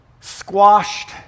squashed